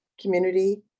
community